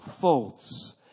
faults